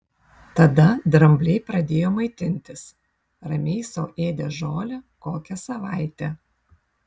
tada drambliai pradėjo maitintis ramiai sau ėdė žolę kokią savaitę